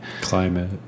climate